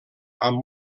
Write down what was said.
amb